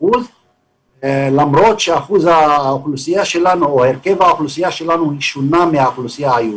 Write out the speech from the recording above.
למרות שהרכב האוכלוסייה שלנו שונה מהאוכלוסייה היהודית,